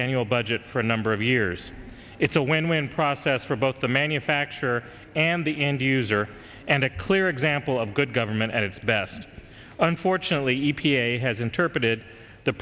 annual budget for a number of years it's a win win process for both the manufacturer and the end user and a clear example of good government at its best unfortunately e p a has interpreted the